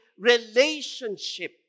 relationship